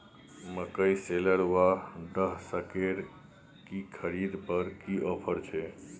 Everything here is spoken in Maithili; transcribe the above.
मकई शेलर व डहसकेर की खरीद पर की ऑफर छै?